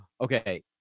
okay